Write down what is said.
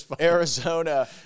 Arizona